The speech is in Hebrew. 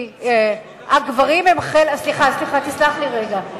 סלח לי רגע,